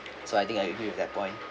so I think I agree with that point